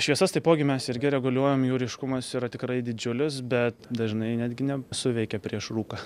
šviesas taipogi mes irgi reguliuojam jų ryškumas yra tikrai didžiulius bet dažnai netgi ne suveikia prieš rūką